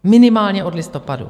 Minimálně od listopadu.